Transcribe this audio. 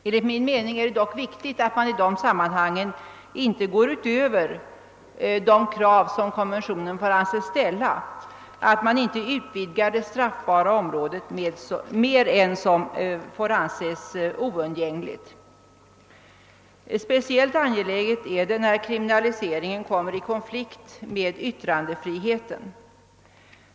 Enligt min mening är det dock viktigt att man i dessa sammanhang inte går utöver de krav som kon ventionen får anses ställa och att man inte utvidgar det straffbara området mer än vad som är oundgängligt. Speciellt angeläget är detta när kriminaliseringen kommer i konflikt med yttrandefriheten.